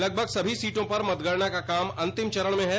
लगभग सभी सीटों पर मतगणना का काम अंतिम चरण में हैं